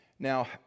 Now